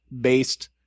based